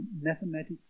mathematics